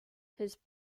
his